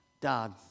Dad